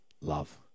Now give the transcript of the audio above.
love